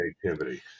creativity